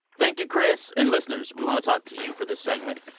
thank you, chris. and listeners, we want to talk to you for this segment.